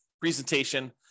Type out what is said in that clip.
presentation